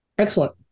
excellent